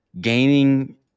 gaining